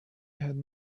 had